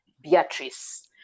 Beatrice